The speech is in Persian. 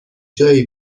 جایی